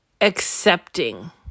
accepting